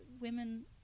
women